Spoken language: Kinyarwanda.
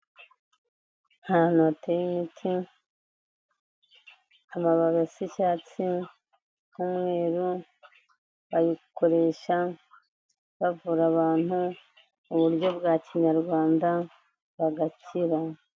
Ahantu hateye imiti, amababi asa icyatsi n'umweru, bayikoresha bavura abantu mu buryo bwa kinyarwanda bagakira.